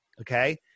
Okay